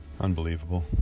Unbelievable